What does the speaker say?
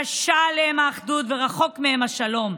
קשה עליהם האחדות ורחוק מהם השלום.